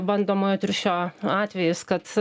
bandomojo triušio atvejis kad